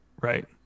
right